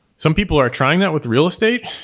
some people are trying that with real estate.